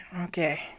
Okay